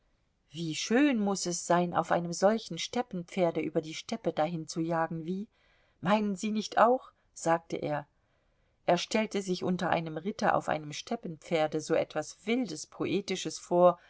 wie schön muß es sein auf einem solchen steppenpferde über die steppe dahinzujagen wie meinen sie nicht auch sagte er er stellte sich unter einem ritte auf einem steppenpferde so etwas wildes poetisches vor